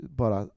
bara